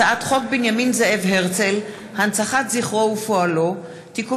הצעת חוק בנימין זאב הרצל (הנצחת זכרו ופועלו) (תיקון